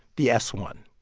the s one.